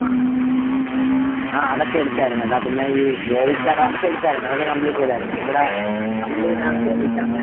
ആ ആ അതൊക്കെ എടുത്തിരുന്നു എന്നാൽ പിന്നെ ഈ വേവിക്കാനുള്ള അതൊക്കെ എടുത്തിരുന്നു അതൊക്കെ കംപ്ലീറ്റ് ചെയ്തിരുന്നു ഇവിടെ പള്ളിയിൽ നിന്നാണ് വേവിക്കാനുള്ള